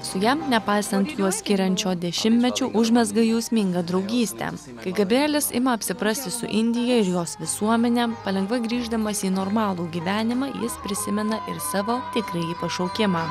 su ja nepaisant juos skiriančio dešimtmečio užmezga jausmingą draugystę kai gabrielis ima apsiprasti su indija ir jos visuomene palengva grįždamas į normalų gyvenimą jis prisimena ir savo tikrąjį pašaukimą